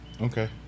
Okay